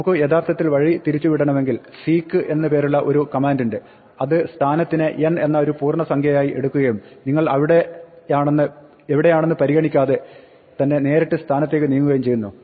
നമുക്ക് യഥാർത്ഥത്തിൽ വഴിതിരിച്ചു വിടണമെന്നുണ്ടെങ്കിൽ സീക്ക് seek എന്ന് പേരുള്ള ഒരു കമാന്റുണ്ട് അത് സ്ഥാനത്തിനെ n എന്ന ഒരു പൂർണ്ണസംഖ്യയായി എടുക്കുകയും നിങ്ങൾ എവിടെയാണെന്നത് പരിഗണിക്കാതെ തന്നെ നേരിട്ട് സ്ഥാനത്തേക്ക് നീങ്ങുകയും ചെയ്യുന്നു